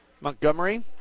Montgomery